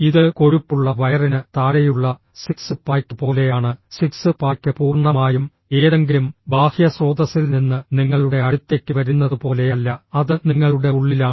ഇത് കൊഴുപ്പുള്ള വയറിന് താഴെയുള്ള സിക്സ് പായ്ക്ക് പോലെയാണ് സിക്സ് പായ്ക്ക് പൂർണ്ണമായും ഏതെങ്കിലും ബാഹ്യ സ്രോതസ്സിൽ നിന്ന് നിങ്ങളുടെ അടുത്തേക്ക് വരുന്നതുപോലെയല്ല അത് നിങ്ങളുടെ ഉള്ളിലാണ്